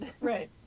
Right